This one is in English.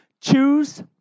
choose